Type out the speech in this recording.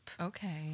Okay